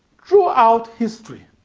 throughout history,